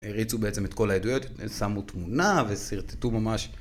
הריצו בעצם את כל העדויות, שמו תמונה ושרטטו ממש.